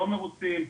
לא מרוצים,